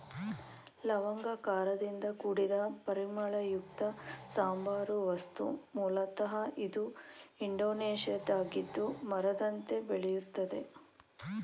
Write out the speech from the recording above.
ಲವಂಗ ಖಾರದಿಂದ ಕೂಡಿದ ಪರಿಮಳಯುಕ್ತ ಸಾಂಬಾರ ವಸ್ತು ಮೂಲತ ಇದು ಇಂಡೋನೇಷ್ಯಾದ್ದಾಗಿದ್ದು ಮರದಂತೆ ಬೆಳೆಯುತ್ತದೆ